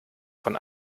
von